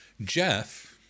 Jeff